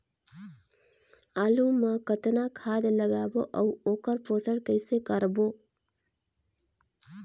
आलू मा कतना खाद लगाबो अउ ओकर पोषण कइसे करबो?